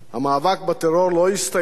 המאבק בטרור לא הסתיים,